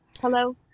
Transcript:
hello